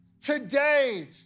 Today